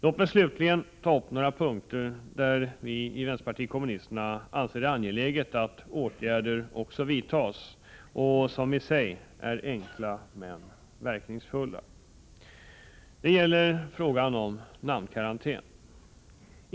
Låt mig slutligen ta upp några punkter där vi inom vpk anser det angeläget att åtgärder vidtas som i sig är enkla men verkningsfulla. Den första gäller frågan om namnkarantän.